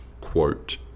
quote